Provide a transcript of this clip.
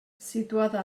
situada